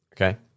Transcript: okay